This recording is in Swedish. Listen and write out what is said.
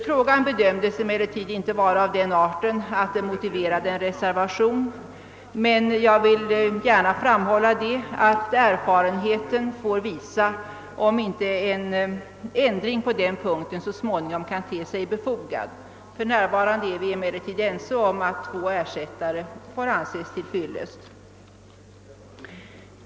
Frågan bedömdes emellertid inte vara av den arten att den motiverade en reservation, men jag vill gärna framhålla att erfarenheten får visa om inte en ändring på denna punkt så småningom kan te sig befogad. För närvarande är vi emellertid ense om att två ersättare får anses till fyllest.